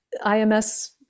ims